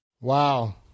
Wow